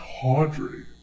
tawdry